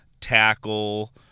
tackle